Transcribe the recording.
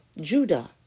Judah